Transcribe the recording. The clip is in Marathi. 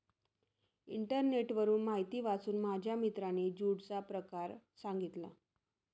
इंटरनेटवरून माहिती वाचून माझ्या मित्राने ज्यूटचा प्रकार सांगितला